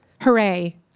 Hooray